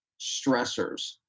stressors